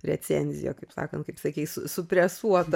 recenziją kaip sakant kaip sakei su supresuotą